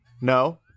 No